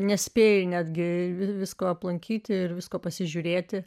nespėju netgi visko aplankyti ir visko pasižiūrėti